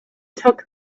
took